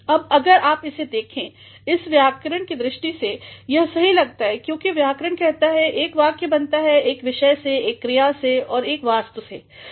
अब अगर आप इसे देखें यह व्याकरण केदृष्टि से सहीलगता हैक्योंकि व्याकरण कहता है एक वाक्य बनता है एक विषय से एक क्रिया से और एक वास्तु से भी